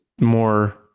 more